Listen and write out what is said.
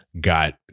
got